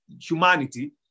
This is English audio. humanity